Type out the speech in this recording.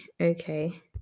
okay